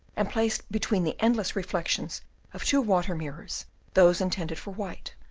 and placed between the endless reflections of two water-mirrors those intended for white,